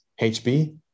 HB